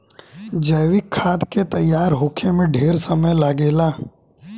जैविक खाद के तैयार होखे में ढेरे समय लागेला